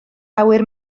awyr